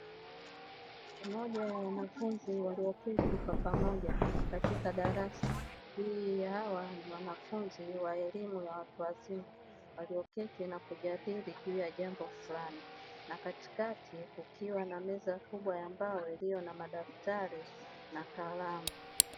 Moja ya wanafunzi walioketi kwa pamoja katika darasa, hawa ni wanafunzi wa elimu ya watu wazima, walioketi na kujadili juu ya jambo fulani; na katikati kukiwa na meza kubwa ya mbao iliyo na madaftari na kalamu.